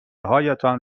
هایتان